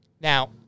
Now